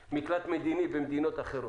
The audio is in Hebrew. ואולי הם יגידו אם בכלל יש מקרה כזה, אם זו בעיה.